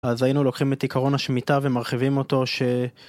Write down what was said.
אז היינו לוקחים את עיקרון השמיטה ומרחיבים אותו ש...